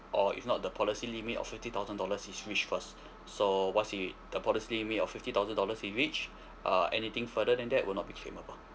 or if not the policy limit of fifty thousand dollars is reached first so once it the policy limit of fifty thousand dollars it reach uh anything further than that will not be claimable